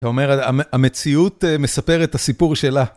זאת אומרת, המציאות מספרת הסיפור שלה.